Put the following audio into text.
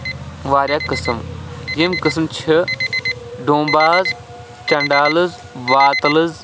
واریاہ قسٕم یِم قسٕم چھِ دومباز چنڈالٕز واتَلٕز